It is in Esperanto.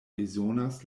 bezonas